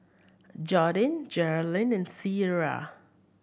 Jordyn Geralyn and Cierra